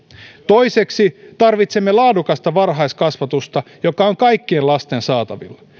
toiseksi tarvitsemme laadukasta varhaiskasvatusta joka on kaikkien lasten saatavilla